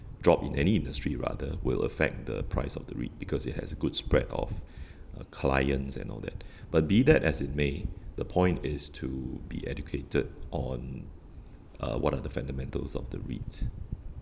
drop in any industry rather will affect the price of the REIT because it has good spread of uh clients and all that but be that as it may the point is to be educated on uh what are the fundamentals of the REIT